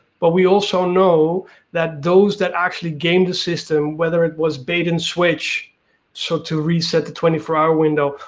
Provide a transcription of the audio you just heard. but we also know that those that actually game the system, whether it was bait and switch so to reset the twenty four hour window,